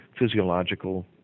physiological